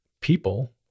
people